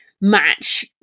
match